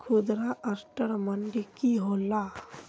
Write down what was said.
खुदरा असटर मंडी की होला?